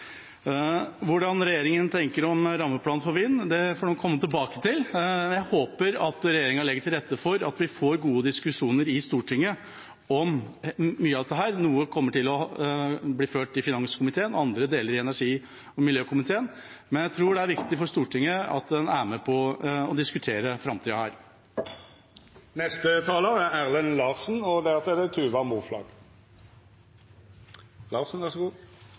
rette for at vi får gode diskusjoner i Stortinget om mye av dette. Noe kommer til å bli ført i finanskomiteen, andre deler i energi- og miljøkomiteen. Men jeg tror det er viktig for Stortinget at en er med på å diskutere framtida her. Vi i Høyre er opptatt av å ta vare på dem som faller utenfor, og